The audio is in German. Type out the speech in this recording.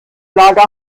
lager